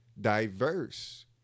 diverse